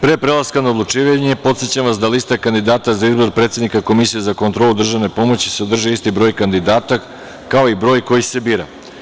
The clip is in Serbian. Pre nego što pređemo na odlučivanje, podsećam vas da lista kandidata za izbor predsednika Komisije za kontrolu državne pomoći sadrži isti broj kandidata kao i broj koji se bira.